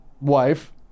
wife